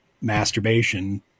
masturbation